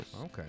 Okay